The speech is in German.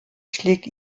schlägt